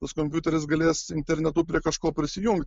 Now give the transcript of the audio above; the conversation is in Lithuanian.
tas kompiuteris galės internetu prie kažko prisijungt